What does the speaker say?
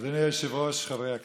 אדוני היושב-ראש, חברי הכנסת,